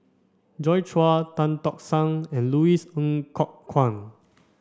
Joi Chua Tan Tock San and Louis Ng Kok Kwang